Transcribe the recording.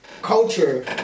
Culture